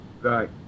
Right